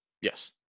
Yes